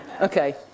Okay